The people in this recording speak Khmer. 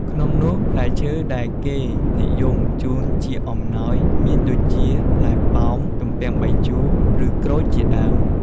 ក្នុងនោះ ផ្លែឈើដែលគេនិយមជូនជាអំណោយមានដូចជា ផ្លែប៉ោម ទំពាំងបាយជូរ ឬ ក្រូចជាដើម។